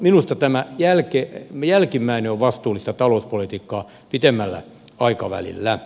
minusta tämä jälkimmäinen on vastuullista talouspolitiikkaa pitemmällä aikavälillä